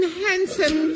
handsome